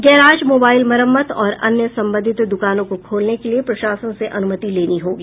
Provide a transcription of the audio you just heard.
garage mobile मरम्मत और अन्य संबंधित दुकानों को खोलने के लिये प्रशासन से अनुमति लेनी होगी